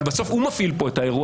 אבל בסוף הוא מפעיל פה את האירוע,